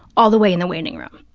all the way in the waiting room,